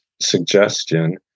suggestion